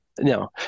No